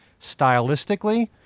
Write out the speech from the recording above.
stylistically